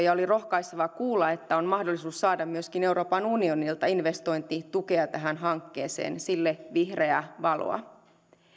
ja oli rohkaisevaa kuulla että on mahdollisuus saada myöskin euroopan uni onilta investointitukea tähän hankkeeseen ja sille vihreää valoa